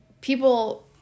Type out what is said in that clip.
people